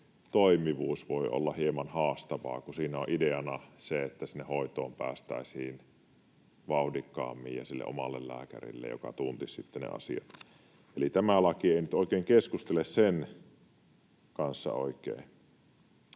toimivuus voi olla hieman haastavaa, kun siinä on ideana se, että sinne hoitoon päästäisiin vauhdikkaammin ja sille omalle lääkärille, joka tuntisi sitten ne asiat. Eli tämä laki ei nyt oikein keskustele sen kanssa oikein.